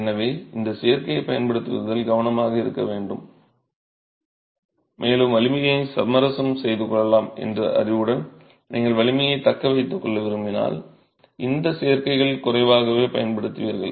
எனவே இந்த சேர்க்கைகளைப் பயன்படுத்துவதில் கவனமாக இருக்க வேண்டும் மேலும் வலிமையை சமரசம் செய்து கொள்ளலாம் என்ற அறிவுடன் நீங்கள் வலிமையைத் தக்க வைத்துக் கொள்ள விரும்பினால் இந்த சேர்க்கைகளில் குறைவாகவே பயன்படுத்துகிறீர்கள்